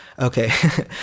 okay